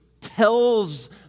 tells